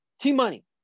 T-Money